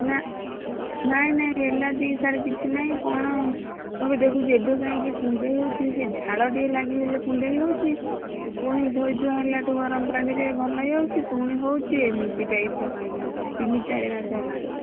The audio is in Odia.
ନା ନାହିଁ ନାହିଁ ଏଲାର୍ଜିକ୍ ସାର୍ କିଛି ନାହିଁ କ'ଣ ମୁଁ ବି ଦେଖୁଛି ଏବେ କାହିଁକି କୁଣ୍ଡେଇ ହେଉଛି ସେ ଝାଳ ଟିକିଏ ଲାଗିଗଲେ କୁଣ୍ଡେଇ ହେଉଛି ପୁଣି ଧୋଇ ଧୁଆ ହେଲାଠୁ ଗରମ ପାଣିରେ ଭଲ ହେଇଯାଉଛି ପୁଣି ହେଉଛି ଏମିତି ଟାଇପ୍ର କାହିଁକି ହେଉଛି ତିନି ଚାରିମାସ ହେଲାଣି